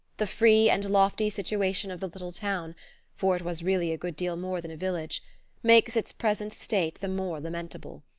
the free and lofty situation of the little town for it was really a good deal more than a village makes its present state the more lamentable.